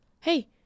Hey